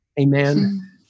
amen